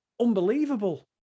unbelievable